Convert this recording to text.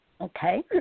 Okay